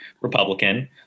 Republican